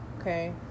okay